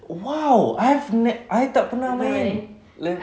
!wow! I've n~ I tak pernah main like